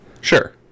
Sure